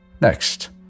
Next